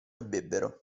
bevvero